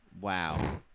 Wow